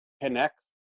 connects